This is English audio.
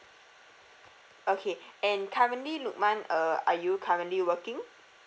okay and currently lukman uh are you currently working